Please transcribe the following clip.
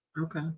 okay